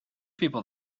people